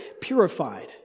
purified